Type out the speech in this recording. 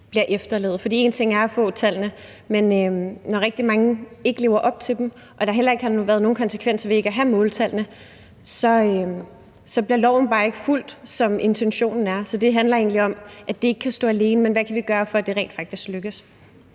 bliver efterlevet. For én ting er at få tallene, men når rigtig mange ikke lever op til dem og der heller ikke har været nogen konsekvens ved ikke at have måltallene, så bliver loven bare ikke fulgt, som intentionen er. Så det handler egentlig om, at det ikke kan stå alene, men hvad vi kan gøre for, at det rent faktisk lykkes.